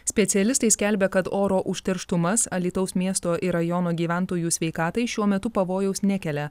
specialistai skelbia kad oro užterštumas alytaus miesto ir rajono gyventojų sveikatai šiuo metu pavojaus nekelia